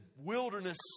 wilderness